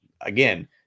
Again